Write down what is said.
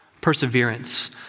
Perseverance